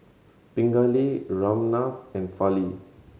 Pingali Ramnath and Fali